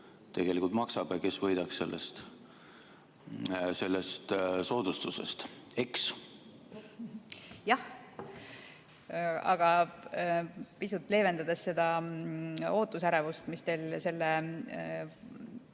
tegelikult maksab ja kes sellest soodustusest võidaks. Eks? Jah. Aga pisut leevendades seda ootusärevust, mis teil selle